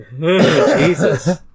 Jesus